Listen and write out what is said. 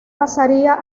pasaría